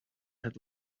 had